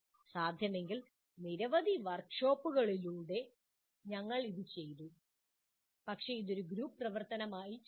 സാധ്യമെങ്കിൽ നിരവധി വർക്ക്ഷോപ്പുകളിലൂടെ ഞങ്ങൾ ഇത് ചെയ്തു പക്ഷേ ഇത് ഒരു ഗ്രൂപ്പ് പ്രവർത്തനമായി ചെയ്യണം